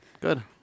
good